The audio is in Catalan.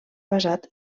basat